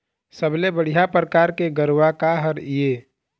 सबले बढ़िया परकार के गरवा का हर ये?